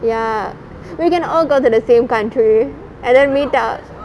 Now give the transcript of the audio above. ya we can all go to the same country and then meet-up